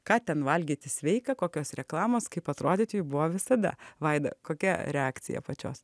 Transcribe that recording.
ką ten valgyti sveika kokios reklamos kaip atrodyti buvo visada vaida kokia reakcija pačios